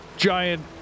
Giant